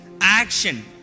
Action